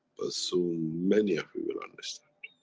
but soon many of you will understand.